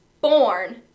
born